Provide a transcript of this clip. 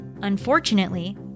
unfortunately